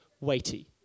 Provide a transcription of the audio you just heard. weighty